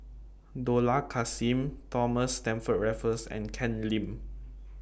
Dollah Kassim Thomas Stamford Raffles and Ken Lim